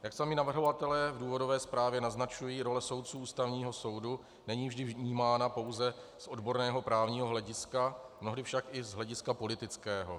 Jak sami navrhovatelé v důvodové zprávě naznačují, role soudců Ústavního soudu není vždy vnímána pouze z odborného právního hlediska, mnohdy však i z hlediska politického.